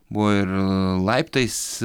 buvo ir laiptais